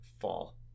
fall